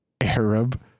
Arab